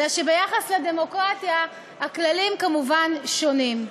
אלא שביחס לדמוקרטיה הכללים כנראה שונים.